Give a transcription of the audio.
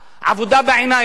עבודה בעיניים.